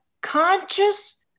conscious